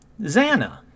Zana